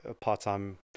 part-time